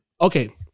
okay